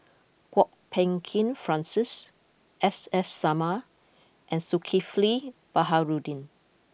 Kwok Peng Kin Francis S S Sarma and Zulkifli Baharudin